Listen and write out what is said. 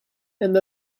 and